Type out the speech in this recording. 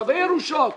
צווי ירושות גם.